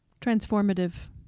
transformative